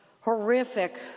horrific